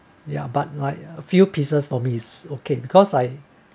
ya but like a few pieces for me is okay because I